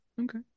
okay